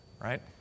right